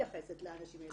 אני לא מתייחסת לדברים שלך,